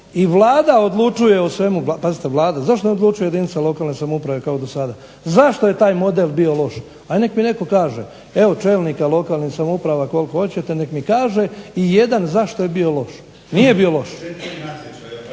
i Vlada odlučuje o svemu. Pazite Vlada, zašto ne odlučuje jedinica lokalne samouprave kao dosada? Zašto je taj model bio loš? Ajd nek' mi netko kaže. Evo čelnika lokalnih samouprava koliko hoćete neka mi kaže ijedan zašto je bio loš? Nije bio loš.